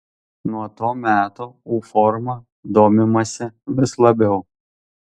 nuo to meto u forma domimasi vis labiau